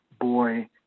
boy